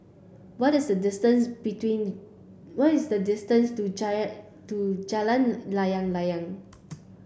what is the distance between what is the distance to to Jalan Layang Layang